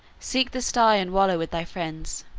seek the sty and wallow with thy friends.